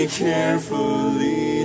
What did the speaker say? carefully